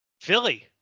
Philly